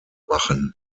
machen